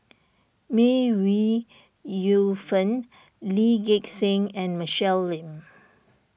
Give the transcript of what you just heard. May Ooi Yu Fen Lee Gek Seng and Michelle Lim